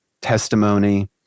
testimony